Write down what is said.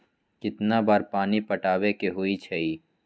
कितना बार पानी पटावे के होई छाई?